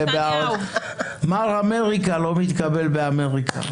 "מר אמריקה" לא מתקבל באמריקה.